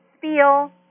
feel